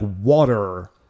water